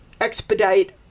expedite